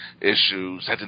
issues